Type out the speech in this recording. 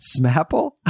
Smapple